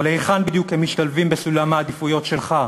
אבל היכן בדיוק הם משתלבים בסולם העדיפויות שלך,